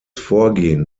vorgehen